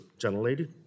gentlelady